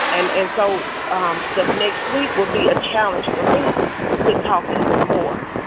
and and so um the next week would be a challenge for me to talk even more.